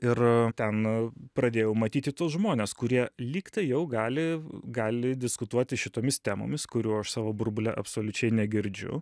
ir ten pradėjau matyti tus žmones kurie lyg tai jau gali gali diskutuoti šitomis temomis kurių aš savo burbule absoliučiai negirdžiu